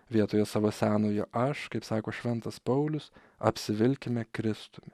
vietoje savo senojo aš kaip sako šventas paulius apsivilkime kristumi